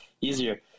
easier